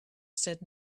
said